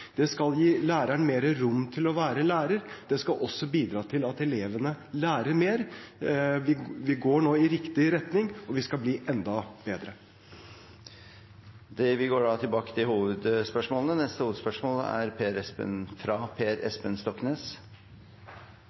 skal gi læreren mer rom til å være lærer. Det skal også bidra til at elevene lærer mer. Vi går nå i riktig retning, og vi skal bli enda bedre. Vi går til neste hovedspørsmål. Jeg har et spørsmål til helseminister Høie. Helsedirektoratet oppgir at 96 pst. mener at arbeid er